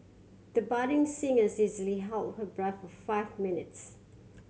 the budding singer is easily held her breath for five minutes